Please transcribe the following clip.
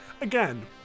again